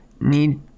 need